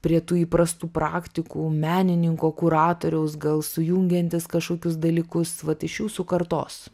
prie tų įprastų praktikų menininko kuratoriaus gal sujungiantis kažkokius dalykus vat iš jūsų kartos